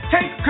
Take